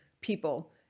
people